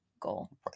goal